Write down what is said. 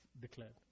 declared